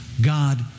God